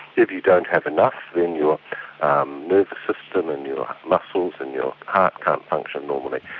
if you don't have enough, then your nervous system and your muscles and your heart can't function normally.